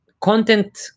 content